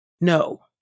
No